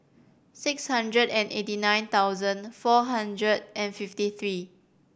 six hundred and eighty nine thousand four hundred and fifty three